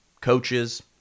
coaches